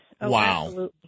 Wow